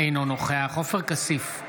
אינו נוכח עופר כסיף,